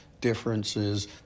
differences